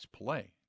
play